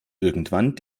irgendwann